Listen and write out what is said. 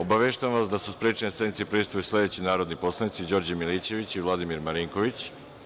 Obaveštavam vas da su sprečeni da sednici prisustvuju sledeći narodni poslanici: Đorđe Milićević i Vladimir Marinković.